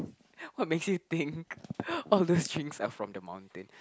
what makes you think all those drinks are from the mountain